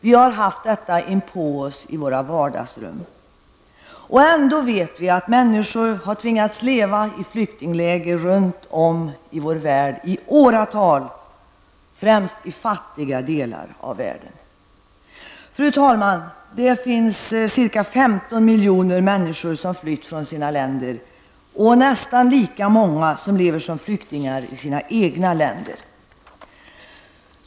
Vi har haft detta inpå oss i våra vardagsrum. Ändå vet vi att människor har tvingats leva i flyktingläger runt om i vår värld i åratal, främst i fattiga delar av världen. Fru talman! Det finns ca 15 miljoner människor som har flytt från sina länder och nästan lika många som lever som flyktingar i sina egna länder.